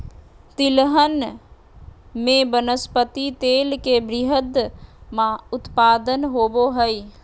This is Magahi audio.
तिलहन में वनस्पति तेल के वृहत उत्पादन होबो हइ